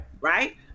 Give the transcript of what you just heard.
Right